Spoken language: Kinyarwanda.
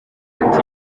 ati